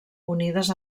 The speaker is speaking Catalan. unides